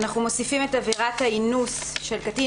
אנחנו מוסיפים את עבירת האינוס של קטין,